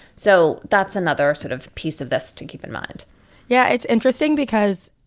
so that's another sort of piece of this to keep in mind yeah, it's interesting because